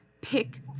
pick